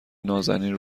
نازنین